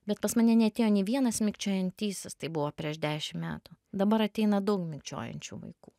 bet pas mane neatėjo nė vienas mikčiojantysis tai buvo prieš dešim metų dabar ateina daug mikčiojančių vaikų